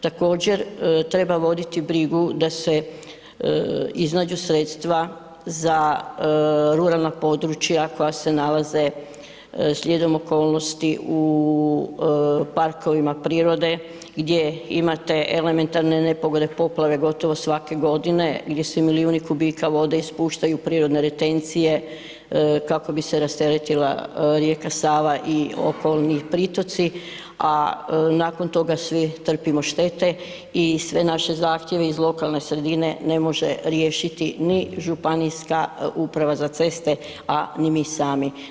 Također treba voditi brigu da se iznađu sredstva za ruralna područja koja se nalaze slijedom okolnosti u parkovima prirode gdje imate elementarne nepogode, poplave gotovo svake godine gdje se milijuni kubika vode ispuštaju prirodne retencije, kako bi se rasteretila rijeka Sava i okolni pritoci, a nakon toga svi trpimo štete i sve naše zahtjeve iz lokalne sredine ne može riješiti ni ŽUC, a ni mi sami.